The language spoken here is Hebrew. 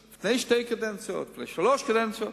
ושל לפני שתי קדנציות ושלוש קדנציות.